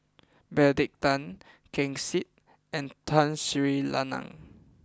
Benedict Tan Ken Seet and Tun Sri Lanang